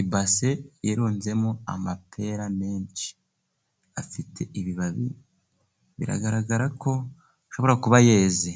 Ibase irunzemo amapera menshi, afite ibibabi biragaragara ko ashobora kuba yeze,